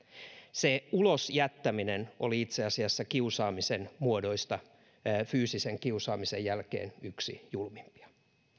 se ulos jättäminen oli itse asiassa kiusaamisen muodoista fyysisen kiusaamisen jälkeen yksi julmimpia